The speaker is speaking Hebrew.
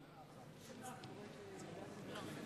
אמרה את דברה.